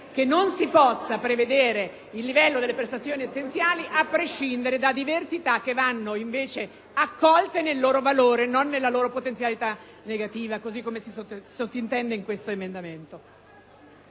non si puoprevedere il livello delle prestazioni essenziali a prescindere da diversita che vanno, invece, accolte nel loro valore e non nella loro potenzialitanegativa, cosı come si sottintende in questo emendamento.